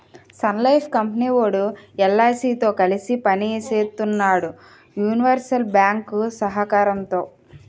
Sun Life company వోడు ఎల్.ఐ.సి తో కలిసి పని సేత్తన్నాడు యూనివర్సల్ బ్యేంకు సహకారంతో